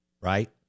Right